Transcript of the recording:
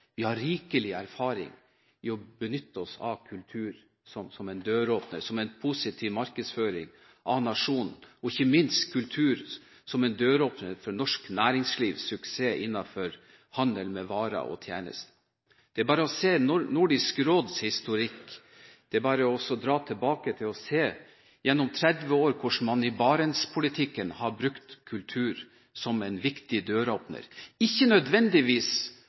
Vi har rikelig erfaring i å benytte oss av kultur som en døråpner, som en positiv markedsføring av nasjonen, og ikke minst som en døråpner for norsk næringslivs suksess innenfor handel med varer og tjenester. Det er bare å se Nordisk råds historikk, det er bare å dra tilbake og se på hvordan man gjennom 30 år i Barents-politikken har brukt kultur som en viktig døråpner. Den ble ikke nødvendigvis